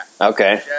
Okay